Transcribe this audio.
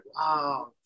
wow